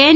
N